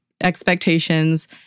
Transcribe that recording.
expectations